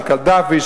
של קדאפי,